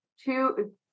two